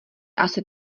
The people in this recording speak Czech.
asi